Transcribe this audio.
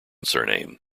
surname